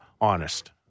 honest